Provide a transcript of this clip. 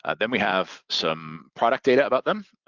ah then we have some product data about them.